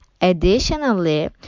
Additionally